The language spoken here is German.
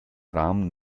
rahmen